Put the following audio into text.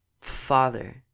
Father